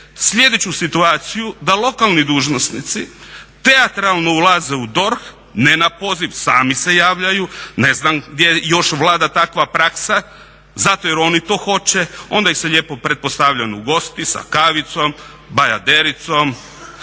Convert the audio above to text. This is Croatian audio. sljedeću situaciju da lokalni dužnosnici teatralno ulaze u DORH, ne na poziv, sami se javljaju, ne znam gdje još vlada takva praksa zato jer oni to hoće. Onda ih se lijepo pretpostavljam ugosti sa kavicom, bajadericom,